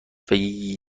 ولی